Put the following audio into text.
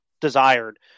desired